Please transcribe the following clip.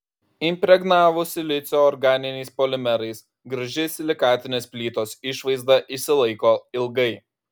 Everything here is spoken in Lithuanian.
impregnavus silicio organiniais polimerais graži silikatinės plytos išvaizda išsilaiko ilgai